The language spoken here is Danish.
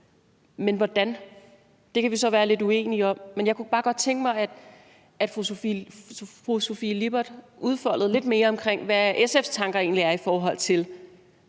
Men hvordan vi gør det, kan vi så være lidt uenige om. Jeg kunne bare godt tænke mig, at fru Sofie Lippert udfoldede lidt mere, hvad SF's tanker egentlig er, i forhold til